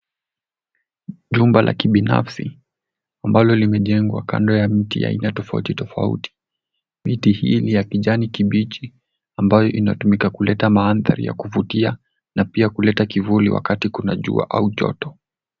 Jumba la kibinafsi ambalo limejengwa kando ya miti aina tofauti tofauti. Miti hii ni ya kijani kibichi ambayo inatumika kuleta mandhari ya kuvutia na pia kuleta kivuli wakati kuna jua au joto.